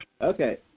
Okay